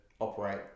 operate